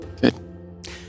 good